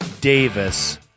Davis